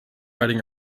riding